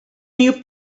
new